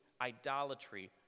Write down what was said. idolatry